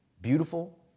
beautiful